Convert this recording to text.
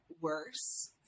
worse